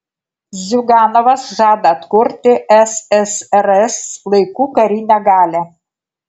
ziuganovas žada atkurti ssrs laikų karinę galią